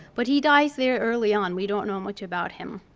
but he dies there early on. we don't know much about him.